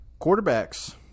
quarterbacks